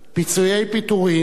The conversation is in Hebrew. פיצויי פיטורין,